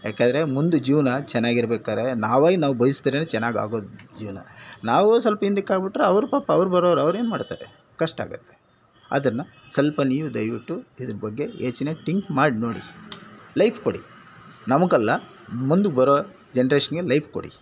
ಏಕೆಂದ್ರೆ ಮುಂದೆ ಜೀವನ ಚೆನ್ನಾಗಿ ಇರಬೇಕಾದ್ರೆ ನಾವಾಗಿ ನಾವು ಬಯಸ್ದ್ರೆನೇ ಚೆನ್ನಾಗಿ ಆಗೋದು ಜೀವನ ನಾವೇ ಸ್ವಲ್ಪ ಹಿಂದಕ್ಕೆ ಆಗಿಬಿಟ್ರೆ ಅವರು ಪಾಪ ಅವರು ಬರೋರು ಅವರು ಏನು ಮಾಡುತ್ತಾರೆ ಕಷ್ಟ ಆಗುತ್ತೆ ಅದನ್ನು ಸ್ವಲ್ಪ ನೀವು ದಯವಿಟ್ಟು ಇದರ ಬಗ್ಗೆ ಯೋಚ್ನೆ ಟಿಂಕ್ ಮಾಡಿ ನೋಡಿ ಲೈಫ್ ಕೊಡಿ ನಮಗಲ್ಲ ಮುಂದೆ ಬರೋ ಜನ್ರೇಷನ್ಗೆ ಲೈಫ್ ಕೊಡಿ